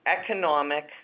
economic